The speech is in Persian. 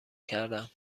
کردم